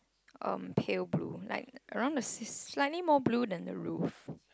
um pale blue like around the sam~ slightly more blue than the roof